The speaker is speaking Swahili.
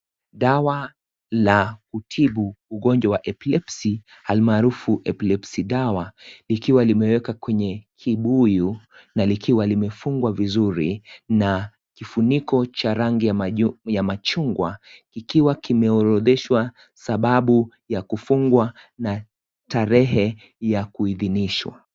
Dawa la kutibu ugonjwa wa epilepsy almaarufu epilepsy dawa likiwa limewekwa kwenye kibuyu na likiwa limefungwa vizuri na kifuniko cha rangi ya machungwa ikiwa kimeorodheshwa sababu ya kufungwa na tarehe ya kuhidhinishwa.